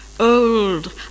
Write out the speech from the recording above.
Old